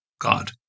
God